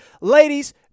ladies